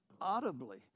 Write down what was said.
audibly